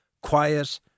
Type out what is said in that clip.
quiet